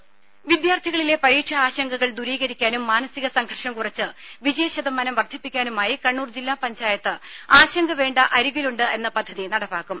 രംഭ വിദ്യാർഥികളിലെ പരീക്ഷാ ആശങ്കകൾ ദൂരീകരിക്കാനും മാനസിക സംഘർഷം കുറച്ച് വിജയ ശതമാനം വർധിപ്പിക്കാനുമായി കണ്ണൂർ ജില്ലാ പഞ്ചായത്ത് ആശങ്ക വേണ്ട അരികിലുണ്ട് എന്ന പദ്ധതി നടപ്പാക്കും